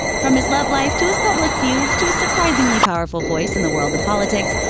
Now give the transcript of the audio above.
from his love life to his public feuds to his surprisingly powerful voice in the world of politics,